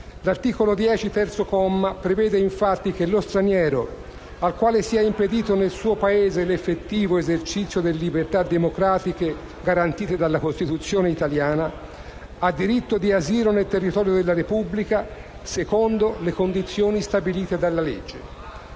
L'articolo 10, terzo comma, prevede infatti che «Lo straniero, al quale sia impedito nel suo Paese l'effettivo esercizio delle libertà democratiche garantite dalla Costituzione italiana, ha diritto di asilo nel territorio della Repubblica, secondo le condizioni stabilite dalla legge».